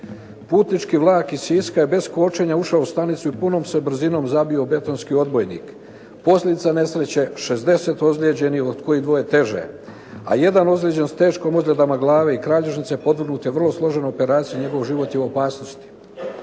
Putnički vlak iz Siska je bez kočenja ušao u stanicu i punom se brzinom zabio u betonski odbojnik. Posljedica nesreće 60 ozlijeđenih od kojih dvoje teže, a jedan ozlijeđeni s teškom ozljedom glave i kralježnice podvrgnut je vrlo složenoj operaciji. Njegov život je u opasnosti".